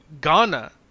Ghana